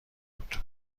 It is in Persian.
بود